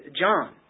John